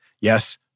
Yes